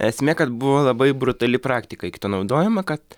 esmė kad buvo labai brutali praktika iki to naudojama kad